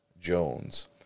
Jones